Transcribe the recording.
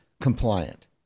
compliant